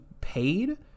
paid